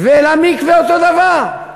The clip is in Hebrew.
ולמקווה אותו דבר.